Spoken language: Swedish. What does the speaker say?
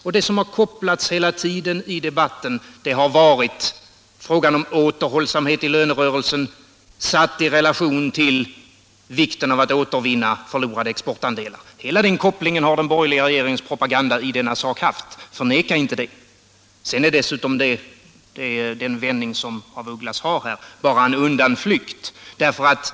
I debatten har det hela tiden talats om återhållsamhet i lönerörelsen satt i relation till vikten av att återvinna förlorade exportandelar. Hela den kopplingen har den borgerliga regeringens propaganda i denna sak haft. Förneka inte det! Herr af Ugglas vändning i hans senaste anförande är bara en undanflykt.